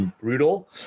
brutal